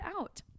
out